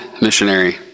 missionary